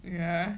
yeah